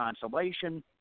consolation